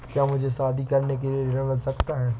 क्या मुझे शादी करने के लिए ऋण मिल सकता है?